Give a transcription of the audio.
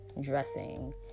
dressing